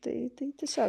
tai tai tiesiog